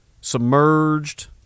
submerged